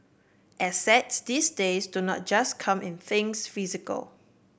assets these days do not just come in things physical